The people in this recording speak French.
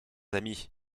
amis